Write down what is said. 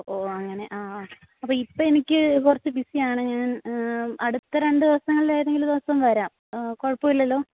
ഓ അങ്ങനെ ആ അപ്പോൾ ഇപ്പം എനിക്ക് കുറച്ച് ബിസി ആണ് ഞാൻ അടുത്ത രണ്ട് ദിവസങ്ങളിൽ ഏതെങ്കിലും ദിവസം വരാം കുഴപ്പം ഇല്ലല്ലോ